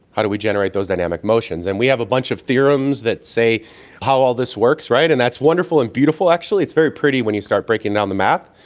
how do we generate those dynamic motions. and we have a bunch of theorems that say how all this works, and that's wonderful and beautiful actually, it's very pretty when you start breaking down the math.